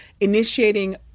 initiating